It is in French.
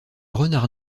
renard